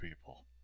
people